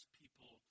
people